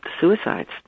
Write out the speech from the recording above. suicides